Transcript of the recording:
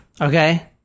Okay